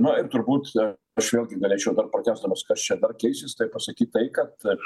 na ir turbūt aš vėlgi galėčiau pratęsdamas kas čia dar keisis tai pasakyt tai kad